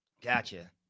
Gotcha